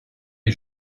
est